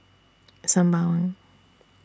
Sembawang